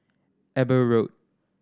Eber Road